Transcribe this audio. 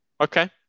okay